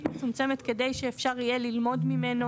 מצומצמת כדי שאפשר יהיה ללמוד ממנו,